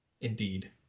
Indeed